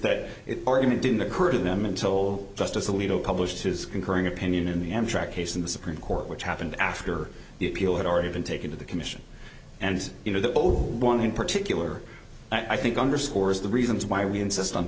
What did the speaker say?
that argument didn't occur to them until justice alito published his concurring opinion in the m track case in the supreme court which happened after the appeal had already been taken to the commission and you know the old one in particular i think underscores the reasons why we insist on